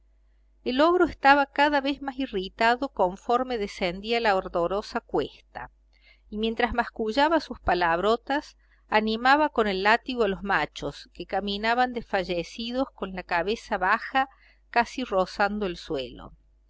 el ogro estaba cada vez más irritado conforme descendía la ardorosa cuesta y mientras mascullaba sus palabrotas animaba con el látigo a los machos que caminaban desfallecidos con la cabeza baja casi rozando el suelo